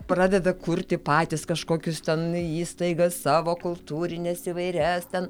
pradeda kurti patys kažkokius ten įstaigas savo kultūrines įvairias ten